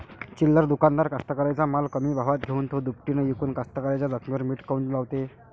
चिल्लर दुकानदार कास्तकाराइच्या माल कमी भावात घेऊन थो दुपटीनं इकून कास्तकाराइच्या जखमेवर मीठ काऊन लावते?